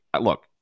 Look